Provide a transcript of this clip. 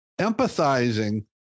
empathizing